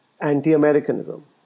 anti-Americanism